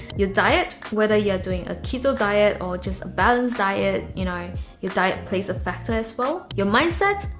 your diet whether you are doing a keto diet or just a balanced diet, you know your diet plays a factor as well. your mindset.